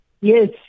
Yes